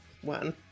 one